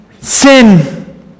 sin